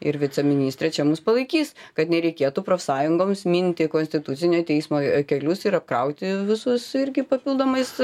ir viceministrė čia mus palaikys kad nereikėtų profsąjungoms minti konstitucinio teismo kelius ir apkrauti visus irgi papildomais